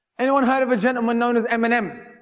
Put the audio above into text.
anyone heard of a gentleman known as eminem?